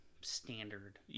standard